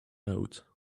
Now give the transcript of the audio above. out